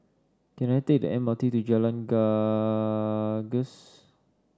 can I take the M R T to Jalan Gagus